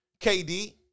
KD